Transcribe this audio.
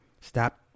Stop